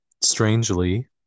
strangely